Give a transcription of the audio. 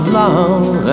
love